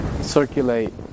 circulate